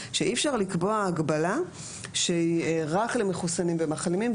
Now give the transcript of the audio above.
שאי אפשר לקבוע הגבלה שהיא רק למחוסנים ומחלימים,